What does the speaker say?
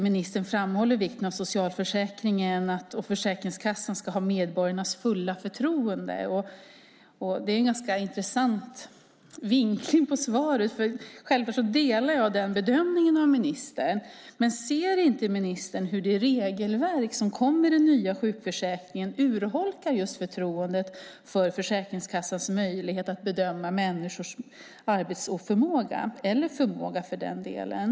Ministern framhåller vikten av att socialförsäkringen och Försäkringskassan ska ha medborgarnas fulla förtroende. Det är en ganska intressant vinkling i svaret. Jag delar självfallet den bedömningen. Men ser inte ministern hur det regelverk som kom med den nya sjukförsäkringen urholkar förtroendet för Försäkringskassans möjlighet att bedöma människors arbetsoförmåga eller förmåga för den delen?